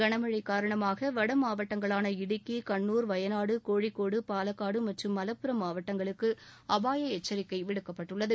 கனமழை காரணமாக வடமாவட்டங்களான இடுக்கி கண்ணுர் வயநாடு கோழிக்கோடு பாலக்காடு மற்றும் மலப்புரம் மாவட்டங்களுக்கு அபாய எச்சரிக்கை விடுக்கப்பட்டுள்ளது